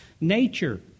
nature